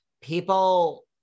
People